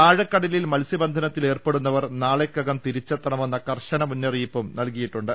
ആഴക്കടലിൽ മത്സ്യബന്ധനത്തിലേർപ്പെടുന്നവർ നാളെക്കകം തിരിച്ചെത്തണ മെന്ന കർശന മുന്നറിയിപ്പും നൽകിയിട്ടുണ്ട്